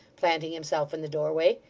planting himself in the doorway.